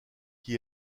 qui